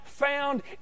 found